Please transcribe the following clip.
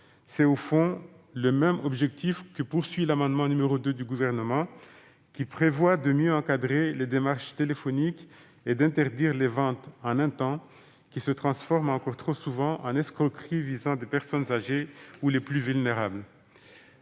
C'est au fond l'objectif de l'amendement n° 2 du Gouvernement, qui tend à mieux encadrer les démarchages téléphoniques et à interdire les ventes « en un temps », qui se transforment encore trop souvent en escroqueries visant les personnes âgées ou les plus vulnérables.